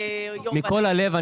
מכל הלב,